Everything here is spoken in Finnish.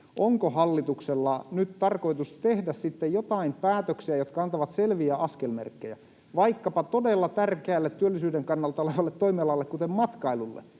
Onko hallituksella nyt tarkoitus tehdä sitten joitain päätöksiä, jotka antavat selviä askelmerkkejä vaikkapa työllisyyden kannalta todella tärkeälle toimialalle matkailulle?